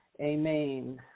Amen